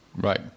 Right